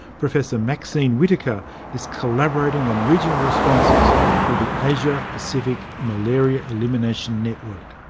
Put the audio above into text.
professor maxine whittaker is collaborating on regional responses through the asia pacific malaria elimination network.